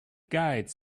guides